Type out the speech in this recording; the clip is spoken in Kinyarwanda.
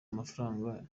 mafaranga